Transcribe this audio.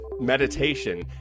meditation